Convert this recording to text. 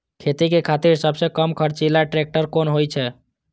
खेती के खातिर सबसे कम खर्चीला ट्रेक्टर कोन होई छै?